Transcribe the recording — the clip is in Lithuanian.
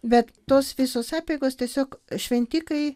bet tos visos apeigos tiesiog šventikai